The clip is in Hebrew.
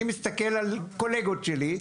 אני מסתכל על הקולגות שלי,